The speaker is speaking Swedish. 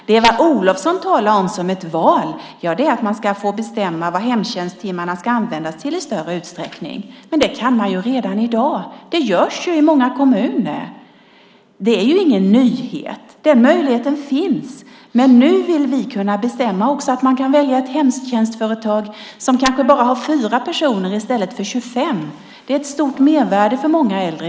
Det Eva Olofsson talar om som ett val är att man ska få bestämma vad hemtjänsttimmarna ska användas till i större utsträckning, men det kan man ju redan i dag. Det görs i många kommuner. Det är ingen nyhet. Det möjligheten finns, men nu vill vi kunna bestämma att man också kan välja ett hemtjänstföretag som kanske bara har 4 personer i stället för 25. Det är stort mervärde för många äldre.